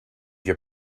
your